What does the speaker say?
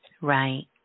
Right